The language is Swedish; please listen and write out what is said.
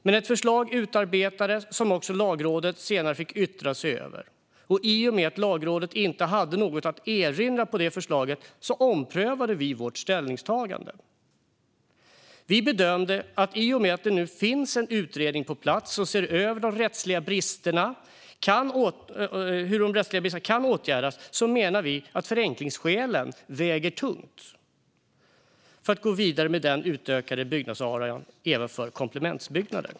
Men ett förslag utarbetades som Lagrådet senare fick yttra sig över, och i och med att Lagrådet inte hade något att erinra mot det förslaget omprövade vi vårt ställningstagande. I och med att det nu finns en utredning på plats som ser över hur de rättsliga bristerna kan åtgärdas menar vi att förenklingsskälen är ett tungt argument för att gå vidare med utökad byggnadsarea även för komplementbyggnader.